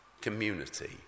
community